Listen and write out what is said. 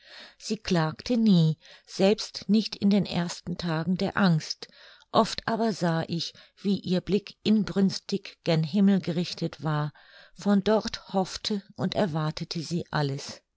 sie klagte nie selbst nicht in den ersten tagen der angst oft aber sah ich wie ihr blick inbrünstig gen himmel gerichtet war von dort hoffte und erwartete sie alles